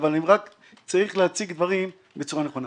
אבל רק צריך להציג דברים בצורה נכונה.